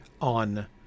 on